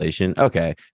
Okay